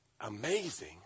Amazing